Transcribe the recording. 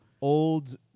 Old